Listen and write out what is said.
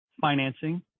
financing